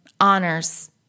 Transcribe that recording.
honors